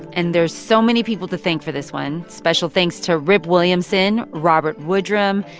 and there's so many people to thank for this one. special thanks to rib williamson, robert woodrum,